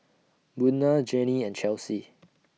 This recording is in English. Buna Jannie and Chelsey